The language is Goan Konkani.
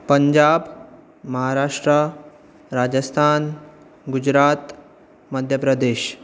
पंजाब महाराष्ट्र राजस्थान गुजरात मध्यप्रदेश